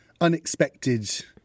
unexpected